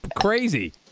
crazy